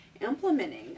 implementing